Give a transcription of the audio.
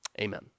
Amen